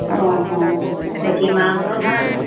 অঁ অঁ বাকী মাহঁতৰ ভাল